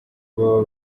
baba